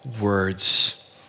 words